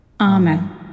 Amen